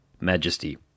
Majesty